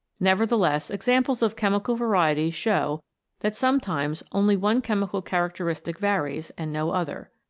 nevertheless, examples of chemical varieties show that some times only one chemical characteristic varies, and no other.